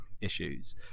issues